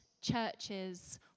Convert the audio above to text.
churches